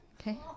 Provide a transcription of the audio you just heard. Okay